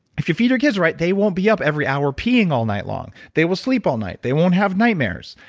if you feed your kids right, they won't be up every hour peeing all night long. they will sleep all night, they won't have nightmares,